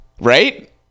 Right